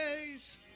days